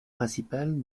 principales